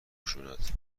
خشونت